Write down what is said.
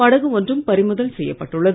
படகு ஒன்றும் பறிமுதல் செய்யப்பட்டுள்ளது